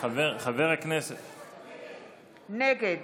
נגד